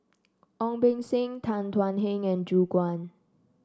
Ong Beng Seng Tan Thuan Heng and Gu Juan